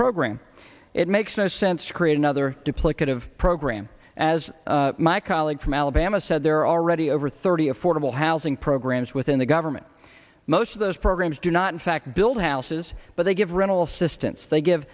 program it makes no sense to create another duplicative program as my colleague from alabama said there are already over thirty affordable housing programs within the government most of those programs do not in fact build houses but they give rental assistance they give